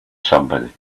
somebody